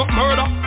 murder